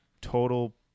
total